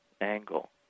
angle